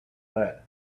lead